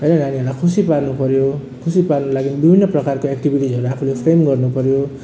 होइन नानीहरूलाई खुसी पार्नु पऱ्यो खुसी पार्नु लागि विभिन्न प्रकारको एक्टिभिटिजहरू आफूले फ्रेम गर्नु पऱ्यो